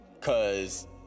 cause